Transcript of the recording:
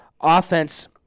offense